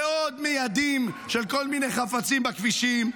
ועוד מיידים של כל מיני חפצים בכבישים.